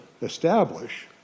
establish